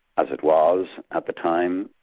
as it was at the time,